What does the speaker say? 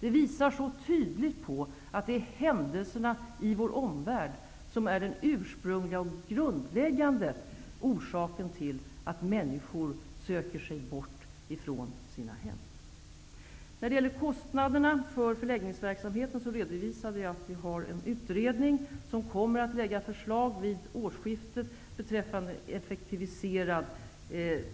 Det visar mycket tydligt på att det är händelserna i vår omvärld som är den ursprungliga och grundläggande orsaken till att människor söker sig bort från sina hem. När det gäller kostnaderna för förläggningsverksamheten redovisade jag att en utredning tillsatts, som kommer att lägga fram förslag vid årsskiftet beträffande en effektiviserad